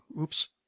oops